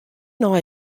nei